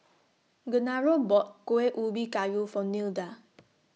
Genaro bought Kueh Ubi Kayu For Nilda